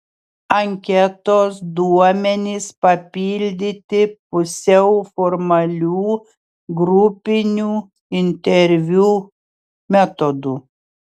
anketos duomenys papildyti pusiau formalių grupinių interviu metodu